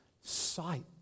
sight